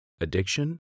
addiction